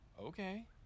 okay